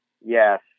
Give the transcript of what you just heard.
Yes